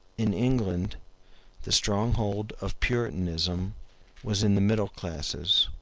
in england the stronghold of puritanism was in the middle classes,